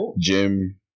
gym